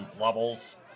levels